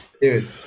dude